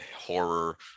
horror